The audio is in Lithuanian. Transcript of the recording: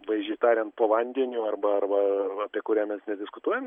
vaizdžiai tariant po vandeniu arba arba apie kurią mes nediskutuojam